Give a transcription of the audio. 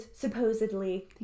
supposedly